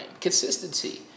consistency